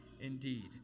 indeed